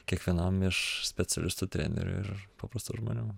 kiekvienam iš specialistų trenerių ir paprastų žmonių